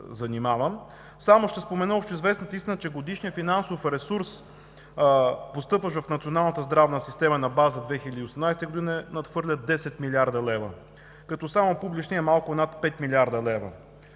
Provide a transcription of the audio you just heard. само ще спомена общоизвестната истина, че годишният финансов ресурс, постъпващ в Националната здравна система на база 2018 г., надхвърля 10 млрд. лв., като само публичният е над 5 млрд. лв.